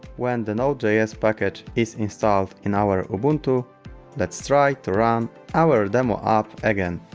when the nodejs package is installed in our ubuntu let's try to run our demo app again